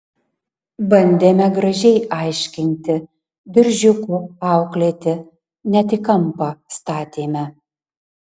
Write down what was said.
bandėme gražiai aiškinti diržiuku auklėti net į kampą statėme